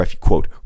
quote